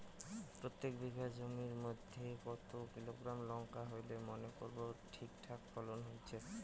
প্রত্যেক বিঘা জমির মইধ্যে কতো কিলোগ্রাম লঙ্কা হইলে মনে করব ঠিকঠাক ফলন হইছে?